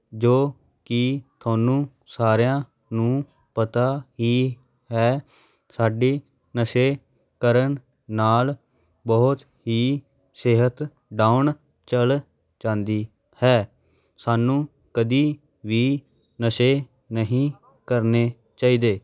ਜੋ ਕਿ ਤੁਹਾਨੂੰ ਸਾਰਿਆਂ ਨੂੰ ਪਤਾ ਹੀ ਹੈ ਸਾਡੀ ਨਸ਼ੇ ਕਰਨ ਨਾਲ ਬਹੁਤ ਹੀ ਸਿਹਤ ਡਾਊਨ ਚਲ ਜਾਂਦੀ ਹੈ ਸਾਨੂੰ ਕਦੀ ਵੀ ਨਸ਼ੇ ਨਹੀਂ ਕਰਨੇ ਚਾਹੀਦੇ